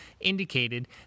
indicated